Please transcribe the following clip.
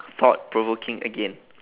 thought provoking again